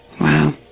Wow